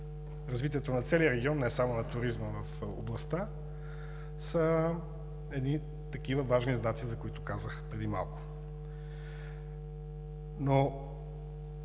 развитието на целия регион, а не само на туризма в областта – важни знаци, за които казах преди малко. Моите